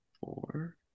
four